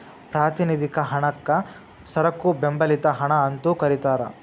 ಪ್ರಾತಿನಿಧಿಕ ಹಣಕ್ಕ ಸರಕು ಬೆಂಬಲಿತ ಹಣ ಅಂತೂ ಕರಿತಾರ